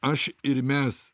aš ir mes